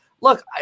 Look